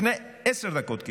לפני עשר דקות,